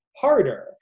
harder